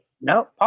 No